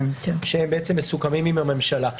שהם מסוכמים עם הממשלה.